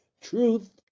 truth